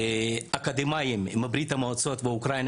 אקדמאיים שעלו לאחרונה מברית המועצות ואוקראינה,